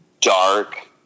dark